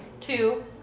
Two